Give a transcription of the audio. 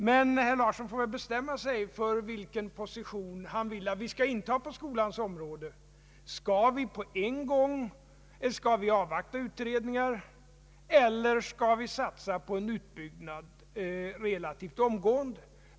Men herr Larsson får väl bestämma sig för vilken position han vill att vi skall inta på skolans område: skall vi avvakta utredningar eller skall vi satsa på en utbyggnad relativt omgående?